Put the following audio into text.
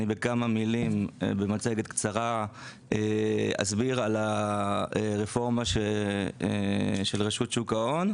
אני אסביר בכמה מילים ובמצגת קצרה על הרפורמה של רשות שוק ההון,